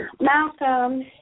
Malcolm